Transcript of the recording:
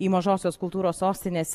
į mažosios kultūros sostinės